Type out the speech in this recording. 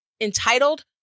entitled